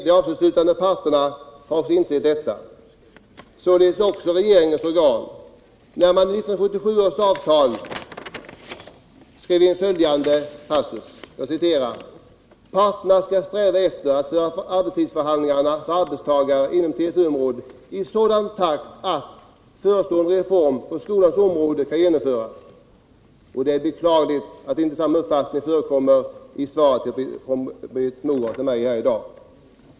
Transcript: De avtalsslutande parterna har insett detta — alltså även regeringens förhandlande organ — och skrev i 1977 års avtal in följande: ”Parterna ska sträva efter att föra arbetstidsförhandlingar för arbetstagare inom TFU området i sådan takt att förestående reformer på skolans område kan genomföras.” Det är beklagligt att inte samma uppfattning förekommer i svaret från Britt Mogård till mig här i dag.